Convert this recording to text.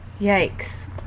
yikes